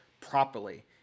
properly